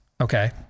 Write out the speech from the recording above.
Okay